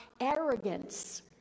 arrogance